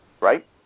right